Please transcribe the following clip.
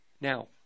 Now